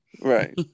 Right